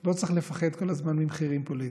לא צריך לפחד כל הזמן ממחירים פוליטיים.